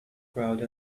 crowd